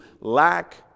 lack